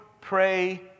pray